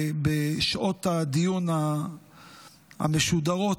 בשעות הדיון המשודרות,